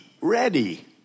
ready